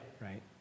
Right